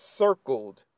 circled